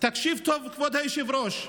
תקשיב טוב, כבוד היושב-ראש: